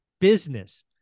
business